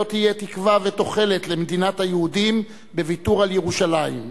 שלא תהיה תקווה ותוחלת למדינת היהודים בוויתור על ירושלים,